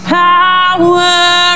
power